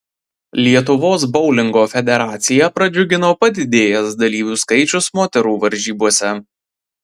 lietuvos boulingo federaciją pradžiugino padidėjęs dalyvių skaičius moterų varžybose